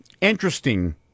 interesting